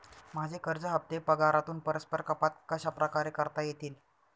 माझे कर्ज हफ्ते पगारातून परस्पर कपात कशाप्रकारे करता येतील?